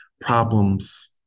Problems